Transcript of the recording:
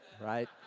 right